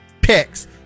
picks